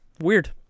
weird